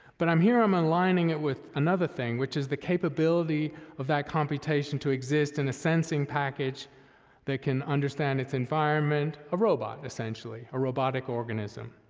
but i'm, here i'm aligning it with another thing, which is the capability of that computation to exist in a sensing package that can understand its environment, a robot essentially, a robotic organism,